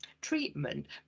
treatment